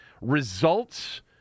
results